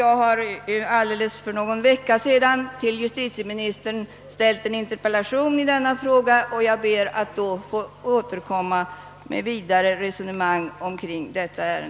Jag har emellertid för någon vecka sedan riktat en interpellation i frågan till justitieministern, och jag ber att få återkomma i ärendet när den interpellationen besvaras.